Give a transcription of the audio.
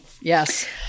yes